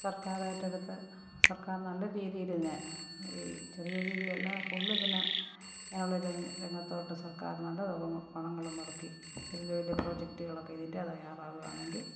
സർക്കാർ ഏറ്റെടുത്ത് സർക്കാർ നല്ലരീതിയിൽ ഇതിനെ ഈ ചെറിയ രീതിയല്ല ഫുൾ ഇതിനെ ഇങ്ങനെയുള്ള ഒരു രം രംഗത്തോട്ട് സർക്കാർ നല്ല തുക പണങ്ങളും മുടക്കി വലിയ വലിയ പ്രൊജക്ടുകളൊക്കെ ഇതിൻ്റെ തയ്യാറാവുകയാണെങ്കില്